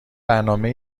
برنامه